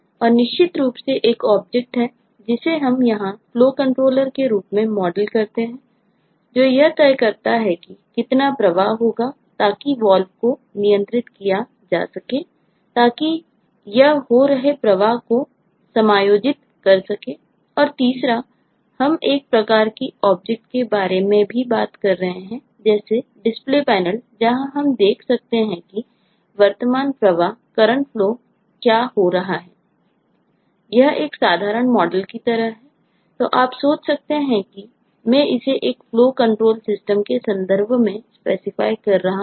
और निश्चित रूप से एक ऑब्जेक्ट कर रहा हूं